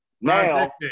Now